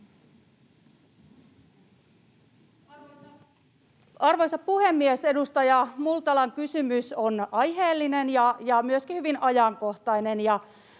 Arvoisa puhemies! Edustaja Multalan kysymys on aiheellinen ja myöskin hyvin ajankohtainen.